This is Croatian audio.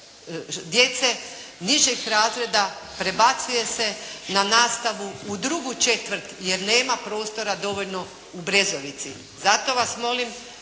djece nižih razreda prebacuje se na nastavu u drugu četvrt jer nema prostora dovoljno u Brezovici. Zato vas molim